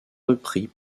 repris